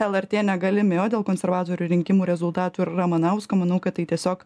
lrt negalimi o dėl konservatorių rinkimų rezultatų ir ramanausko manau kad tai tiesiog